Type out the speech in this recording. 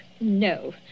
No